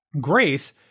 Grace